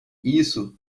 isso